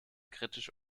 kritisch